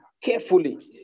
carefully